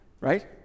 right